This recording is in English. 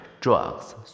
drugs